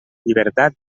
llibertat